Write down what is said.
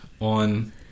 on